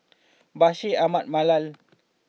Bashir Ahmad Mallal